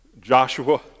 Joshua